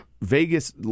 Vegas